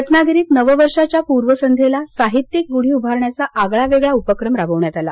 रत्नागिरीत नववर्षाच्या पूर्वसंध्येला साहित्यिक गुढी उभारण्याचा आगळावेगळा उपक्रम राबवण्यात आला